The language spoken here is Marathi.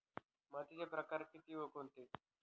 मातीचे प्रकार किती व कोणते?